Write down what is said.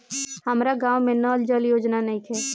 हमारा गाँव मे नल जल योजना नइखे?